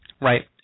Right